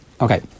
Okay